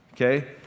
okay